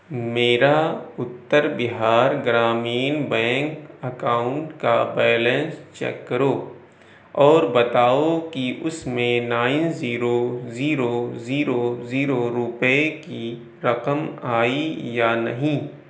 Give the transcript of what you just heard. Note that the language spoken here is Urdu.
میرا اتر بہار گرامین بینک اکاؤنٹ کا بیلنس چیک کرو اور بتاؤ کہ اس میں nine zero zero zero zero روپے کی رقم آئی یا نہیں